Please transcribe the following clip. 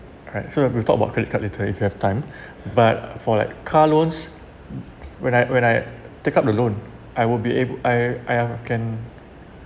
correct so we talk about credit card later if we have time but for like car loans when I when I take up the loan I will be able I I can